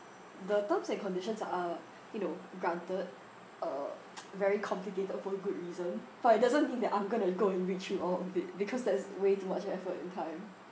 the terms and conditions are you know granted uh very complicated for good reason but it doesn't mean that I'm going to go and read through all of it because that's way too much effort and time